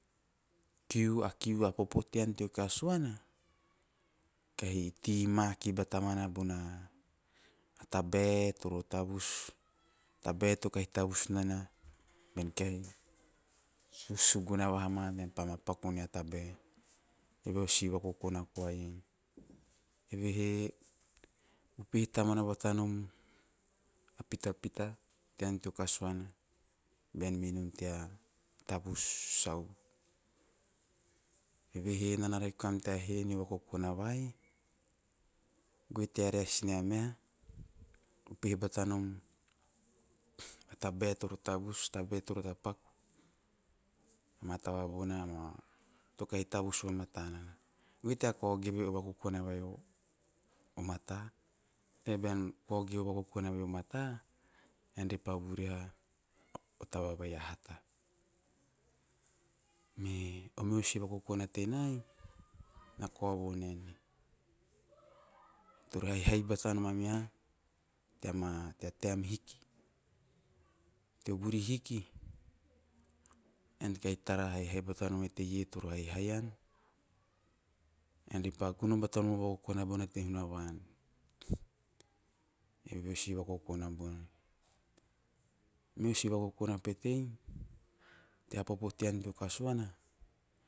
Kiu a kiu a popo tean teo kasuana? Kahi tei make batamana bona tabae toro tavus, tabae to kahi tavus nana bean kahi suguna vahama ean pa ma paku vos nea tabae. Eve osi vakokona koai, evehe upehe tamuana batanom a pitapita tean tea kasuana bean mei nom tea tavus sau. Evehe enana rake koa nom tea he neo vokokona vai goe tea reas nea meha upehe batanom a tabae toro tavus, a tabae toro tepaku ama taba bona ama to kahi tavus vamata nana goen tea kao geve o vakokona vai o mata tabae bea kao geve o vakokona vai o mata ean re pa vuriha taba vai a hata, me o meho si vakokona tenai na kao vo naenei ean tovo haihai batonom a meha teama, tea taem hiki, teo vuri hiki ean kahi tara haihai batonom e tere toro haihai an ean re pa gono batonom o vakokona bona te hunavan. Eve o si vokokona bona. O meho si vokokona petei tea popo tean teo kasuana